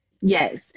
Yes